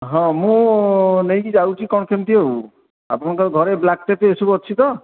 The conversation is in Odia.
ହଁ ମୁଁ ନେଇକି ଯାଉଛି କ'ଣ କେମିତି ଆଉ ଆପଣଙ୍କ ଘରେ ବ୍ଲାକ୍ ଟେପ୍ ଏସବୁ ଅଛି ତ